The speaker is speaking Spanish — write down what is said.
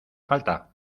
falta